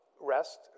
rest